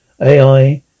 AI